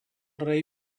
rei